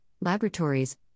laboratories